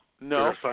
No